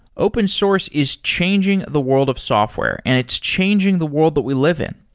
open source is changing the world of software and it's changing the world that we live in.